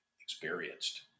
experienced